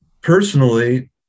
personally